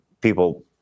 people